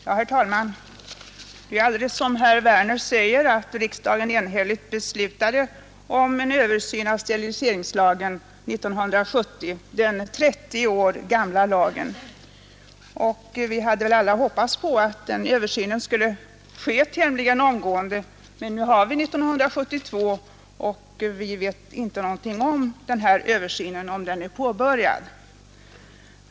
Herr talman! Som herr Werner i Malmö säger fattade riksdagen 1970 ett beslut om översyn av den 30 år gamla steriliseringslagen. Vi hade väl alla hoppats att den översynen skulle ske tämligen omgående. Men nu har vi 1972, och vi vet inte om översynen är påbörjad.